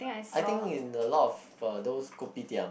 I think in a lot of those Kopitiam